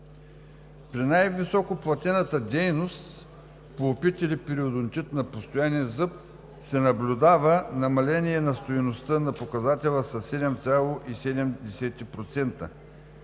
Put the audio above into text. При най-високо платената дейност – пулпит или пародонтит на постоянен зъб, се наблюдава намаление на стойността на показателя със 7,7%,